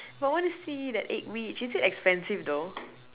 but I wanna see the eggwich is it expensive though